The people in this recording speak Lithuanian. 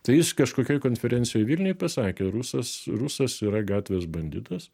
tai jis kažkokioj konferencijoj vilniuj pasakė rusas rusas yra gatvės banditas